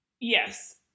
Yes